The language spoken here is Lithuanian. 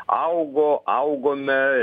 augo augome